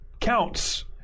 counts